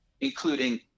including